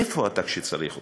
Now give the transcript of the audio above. איפה אתה כשצריך אותך?